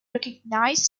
recognised